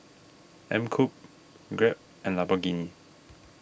Mkup Grab and Lamborghini